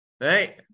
Right